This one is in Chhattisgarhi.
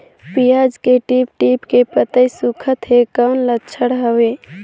पियाज के टीप टीप के पतई सुखात हे कौन लक्षण हवे?